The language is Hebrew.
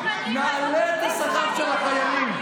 נעלה את השכר של החיילים.